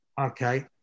Okay